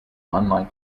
unlike